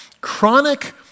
chronic